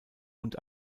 und